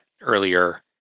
earlier